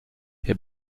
herr